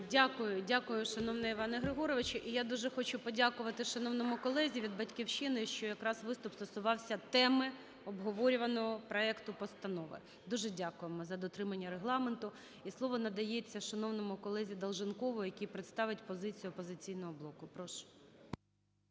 Дякую, дякую, шановний Іване Григоровичу. І я дуже хочу подякувати шановному колезі від "Батьківщини", що якраз виступ стосувався теми обговорюваного проекту постанови. Дуже дякуємо за дотримання регламенту. І слово надається шановному колезі Долженкову, який представить позицію "Опозиційного блоку". Прошу.